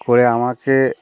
করে আমাকে